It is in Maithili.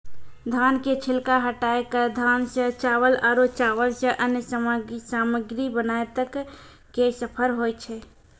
धान के छिलका हटाय कॅ धान सॅ चावल आरो चावल सॅ अन्य सामग्री बनाय तक के सफर होय छै